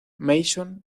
mason